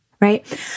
right